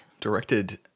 directed